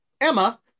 Emma